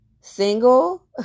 single